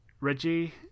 reggie